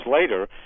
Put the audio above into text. later